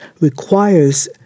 requires